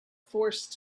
forced